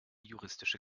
juristische